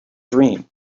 dream